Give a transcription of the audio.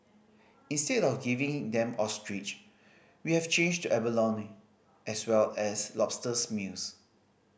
instead of giving them ostrich we have changed to abalone as well as lobster meals